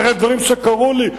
אני מדבר על דברים שקרו לי,